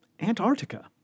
Antarctica